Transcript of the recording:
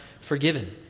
forgiven